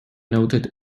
noted